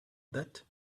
that